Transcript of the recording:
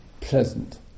pleasant